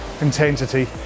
intensity